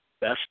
best